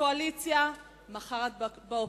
בקואליציה ומחר את באופוזיציה.